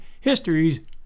Histories